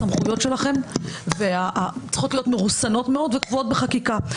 הסמכויות שלכם צריכות להיות מרוסנות מאוד וקבועות בחקיקה.